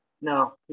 No